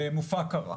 למופקרה,